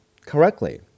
correctly